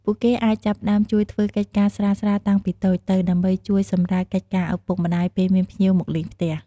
ពួកគេអាចចាប់ផ្ដើមជួយធ្វើកិច្ចការស្រាលៗតាំងពីតូចទៅ ដើម្បីជួយសម្រាលកិច្ចការឪពុកម្ដាយពេលមានភ្ញៀវមកលេងផ្ទះ។